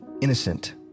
Innocent